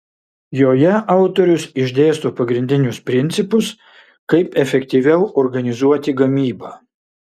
joje autorius išdėsto pagrindinius principus kaip efektyviau organizuoti gamybą